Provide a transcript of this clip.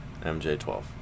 MJ-12